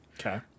Okay